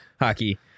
Hockey